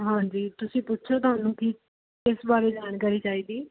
ਹਾਂਜੀ ਤੁਸੀਂ ਪੁੱਛੋ ਤੁਹਾਨੂੰ ਕੀ ਕਿਸ ਬਾਰੇ ਜਾਣਕਾਰੀ ਚਾਹੀਦੀ